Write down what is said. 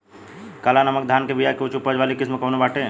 काला नमक धान के बिया के उच्च उपज वाली किस्म कौनो बाटे?